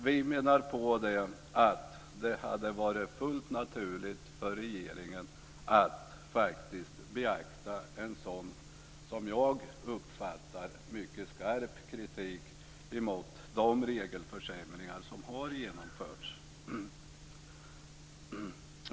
Vi menar att det hade varit fullt naturligt för regeringen att beakta en sådan, som jag uppfattar det, mycket skarp kritik mot de regelförsämringar som har genomförts.